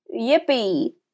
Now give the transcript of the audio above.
Yippee